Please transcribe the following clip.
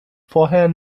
vorher